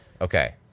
okay